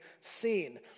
seen